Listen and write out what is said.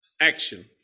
action